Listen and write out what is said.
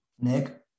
Nick